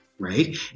Right